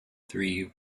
three